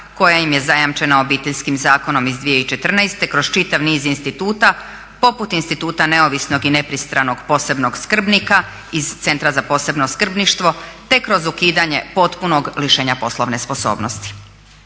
koja im je zajamčena Obiteljskim zakonom iz 2014. kroz čitav niz instituta poput instituta neovisnog i nepristranog posebnog skrbnika iz Centra za posebno skrbništvo, te kroz ukidanje potpunog lišenja poslovne sposobnosti.